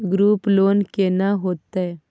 Group loan केना होतै?